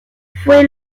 fue